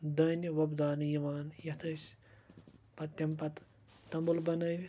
دانِہ وۄبداونہٕ یِوان یَتھ أسۍ پَتہٕ تَمہِ پَتہٕ توٚمُل بَنٲیِتھ